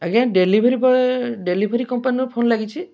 ଆଜ୍ଞା delivery boy delivery କମ୍ପାନୀର phone ଲାଗିଛି